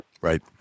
Right